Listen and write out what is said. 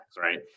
right